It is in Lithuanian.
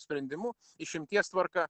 sprendimu išimties tvarka